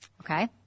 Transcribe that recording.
Okay